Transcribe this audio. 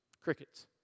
Crickets